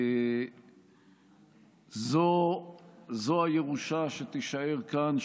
זו הירושה שתישאר כאן,